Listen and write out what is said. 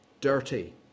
Dirty